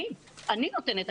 אני נותנת תשובות,